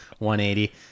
180